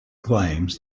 claims